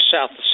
South